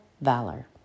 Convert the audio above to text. valor